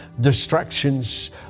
distractions